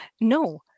No